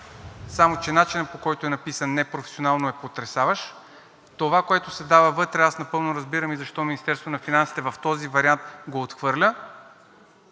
само че начинът, по който е написан непрофесионално, е потресаващ – това, което се дава вътре. Аз напълно разбирам и защо Министерството на финансите в този вариант го отхвърля.